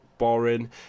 boring